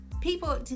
people